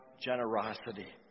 generosity